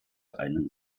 einen